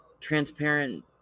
transparent